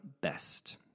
Best